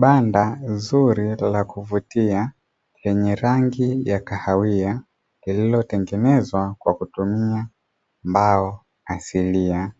Banda zuri la kuvutia lenye rangi ya kahawia lililotengenezwa kwa kutumia mbao asilia,